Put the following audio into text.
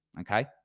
Okay